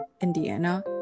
indiana